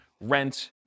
rent